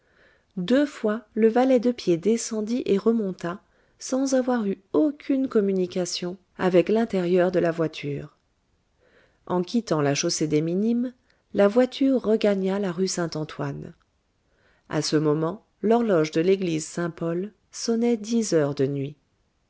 deux fois le valet de pied descendit et remonta sans avoir eu aucune communication avec l'intérieur de la voiture en quittant la chaussée des minimes la voiture regagna la rue saint-antoine a ce moment l'horloge de l'église saint-paul sonnait dix heures de nuit